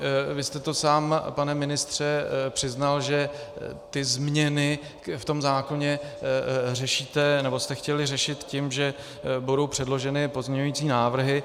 Vy jste to sám, pane ministře, přiznal, že změny v tom zákoně řešíte nebo jste chtěli řešit tím, že budou předloženy pozměňovací návrhy.